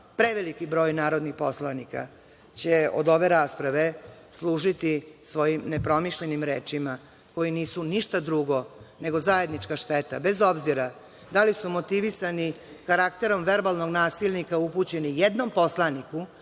preveliki broj narodnih poslanika će od ove rasprave služiti svojim nepromišljenim rečima, koje nisu ništa drugo nego zajednička šteta, bez obzira da li su motivisani karakterom verbalnog nasilnika upućene jednom poslaniku